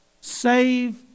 Save